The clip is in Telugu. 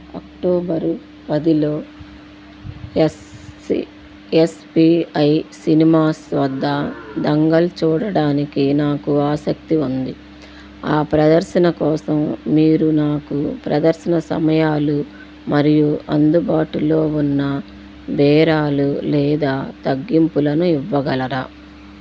అక్టోబరు పదిలో S C S P I cinemas వద్ద దంగల్ చూడటానికి నాకు ఆసక్తి ఉంది ఆ ప్రదర్శన కోసం మీరు నాకు ప్రదర్శన సమయాలు మరియు అందుబాటులో ఉన్న బేరాలు లేదా తగ్గింపులను ఇవ్వగలరా